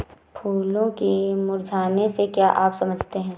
फूलों के मुरझाने से क्या आप समझते हैं?